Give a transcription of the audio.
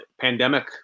pandemic